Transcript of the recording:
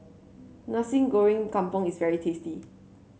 Nasi Goreng Kampung is very tasty